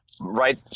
right